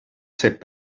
cep